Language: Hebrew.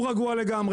הוא רגוע לגמרי,